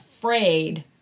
Afraid